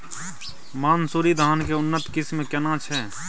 मानसुरी धान के उन्नत किस्म केना छै?